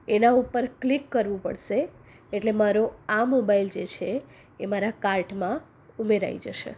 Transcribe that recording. એના ઉપર ક્લિક કરવું પડશે એટલે મારો આ મોબાઈલ જે છે એ મારા કાર્ટમાં ઉમેરાઈ જશે